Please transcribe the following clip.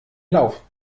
lauf